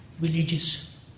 religious